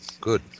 good